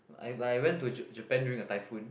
like I went to ja~ Japan during a typhoon